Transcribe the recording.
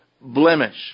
blemish